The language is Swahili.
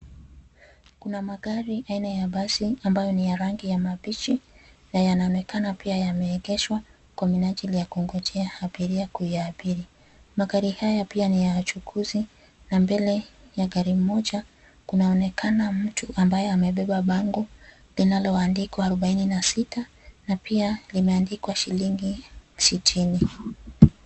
Kuna magari aina ya basi ambayo ni ya rangi ya mabichi na yanaonekana pia yameegeshwa kwa minaajili ya kungojea abiria kuyaabiri. Magari haya pia ni ya uchukuzi na mbele ya gari moja kunaonekana mtu ambaye amebeba bango linaloandikwa arubaini na sita na pia limeandikwa shilingi sitini.